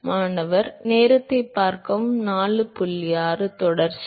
மாணவர் தொடர்ச்சி